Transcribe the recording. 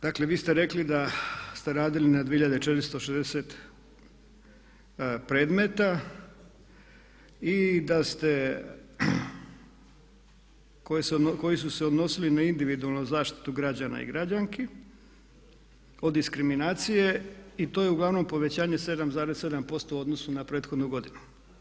Dakle, vi ste rekli da ste radili na 2460 predmeta koji su se odnosili na individualnu zaštitu građana i građanki od diskriminacije i to je uglavnom povećanje 7,7% u odnosu na prethodnu godinu.